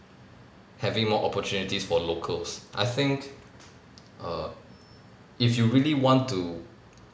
having more opportunities for locals I think err if you really want to